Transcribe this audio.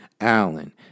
Allen